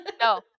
no